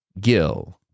Gil